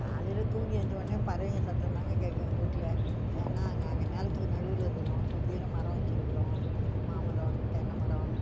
காலையில் தூங்கி எழுஞ்சவொன்னே பறவைங்கள் சத்தம்தாங்க கேட்கும் எங்கள் வீட்டுல ஏன்னால் நாங்கள் நிலத்துக்கு நடுவில் இருக்கிறோம் சுற்றிரும் மரம் வச்சுருக்குறோம் மாமரம் தென்னை மரம்